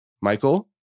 Michael